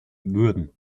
würden